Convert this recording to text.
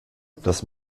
dass